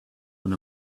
when